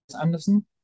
Anderson